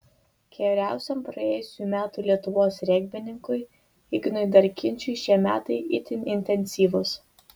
geriausiam praėjusių metų lietuvos regbininkui ignui darkinčiui šie metai itin intensyvūs